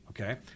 Okay